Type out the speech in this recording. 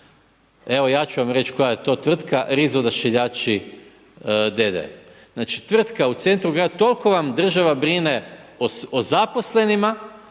Evo ja ću vam reći koja je to tvrtka Rizo odašiljači d.d. Tvrtka u centru grada, toliko vam država brine o zaposlenima,